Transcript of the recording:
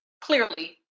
clearly